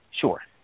Sure